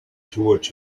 toward